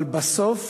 אבל בסוף,